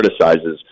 criticizes